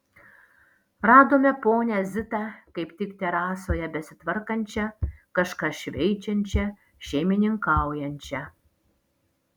radome ponią zitą kaip tik terasoje besitvarkančią kažką šveičiančią šeimininkaujančią